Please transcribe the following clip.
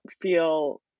feel